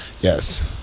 Yes